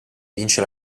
vince